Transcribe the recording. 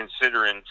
considering